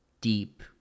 deep